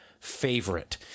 favorite